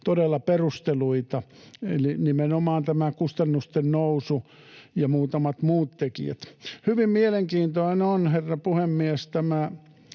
todella perusteluita eli nimenomaan tämä kustannusten nousu ja muutamat muut tekijät. Hyvin mielenkiintoinen on, herra puhemies, tämä